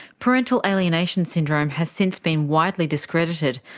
parental alienation syndrome has since been widely discredited,